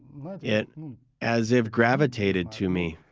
it as if gravitated to me,